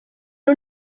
nhw